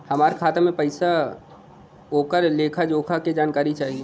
हमार खाता में पैसा ओकर लेखा जोखा के जानकारी चाही?